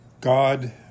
God